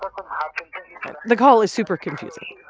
um ah the call is super confusing.